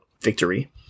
victory